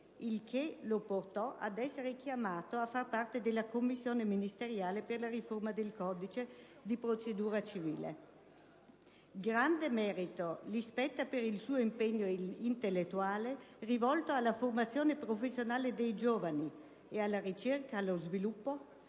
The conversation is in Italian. il che lo portò ad essere chiamato a far parte della Commissione ministeriale per la riforma del codice di procedura civile. Grande merito gli si riconosce per il suo impegno intellettuale rivolto alla formazione professionale dei giovani e alla ricerca e allo sviluppo,